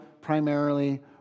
primarily